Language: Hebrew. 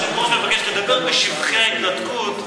מה שהיו"ר מבקש לדבר בשבחי ההתנתקות,